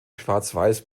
schwarzweiß